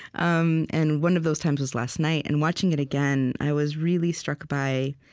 um and one of those times was last night. and watching it again, i was really struck by